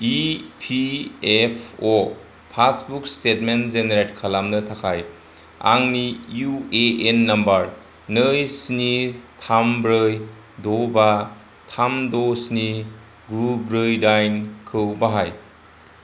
E P F O passbook statement generate खालामनो थाखाय आंनि इउ ए एन नम्बर नै स्नि थाम ब्रै द बा थाम द स्नि गु ब्रै दाइनखौ बाहाय